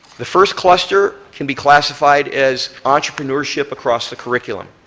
the first cluster can be classified as entrepreneurship across the curriculum.